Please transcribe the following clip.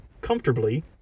comfortably